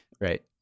Right